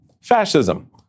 Fascism